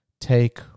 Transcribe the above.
take